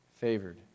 favored